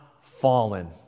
fallen